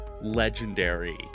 legendary